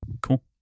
cool